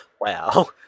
Wow